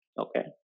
Okay